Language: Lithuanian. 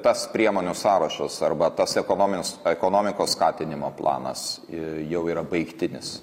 tas priemonių sąrašas arba tas ekonominės ekonomikos skatinimo planas jau yra baigtinis